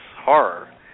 horror